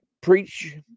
preach